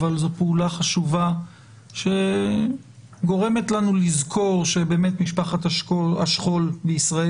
אבל זו פעולה חשובה שגורמת לנו לזכור שבאמת משפחת השכול בישראל